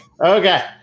Okay